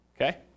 okay